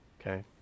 Okay